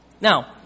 Now